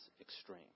extreme